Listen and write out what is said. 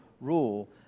rule